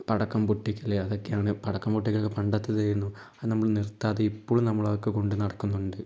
പടക്കം പൊട്ടിക്കൽ അതക്കെയാണ് പടക്കം പൊട്ടിക്കൽ പണ്ടത്തതേനു അത് നമ്മൾ നിർത്താതെ ഇപ്പളും നമ്മൾ അതൊക്കെ കൊണ്ട് നടക്കുന്നുണ്ട്